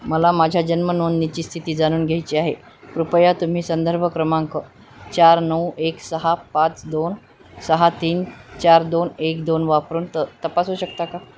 मला माझ्या जन्मनोंदणीची स्थिती जाणून घ्यायची आहे कृपया तुम्ही संदर्भ क्रमांक चार नऊ एक सहा पाच दोन सहा तीन चार दोन एक दोन वापरून त तपासू शकता का